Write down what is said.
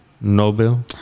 Nobel